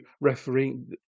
refereeing